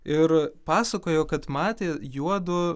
ir pasakojo kad matė juodu